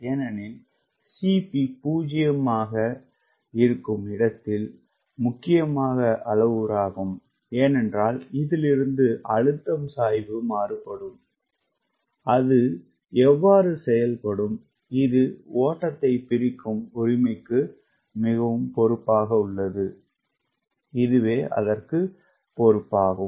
ஏனெனில் Cp 0 முக்கியமான அளவுருவாகும் ஏனென்றால் இதிலிருந்து அழுத்தம் சாய்வு மாறுபடும் அது எவ்வாறு செயல்படும் இது ஓட்டம் பிரிக்கும் உரிமைக்கு பொறுப்பாகும்